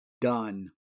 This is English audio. Done